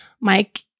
Mike